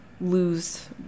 lose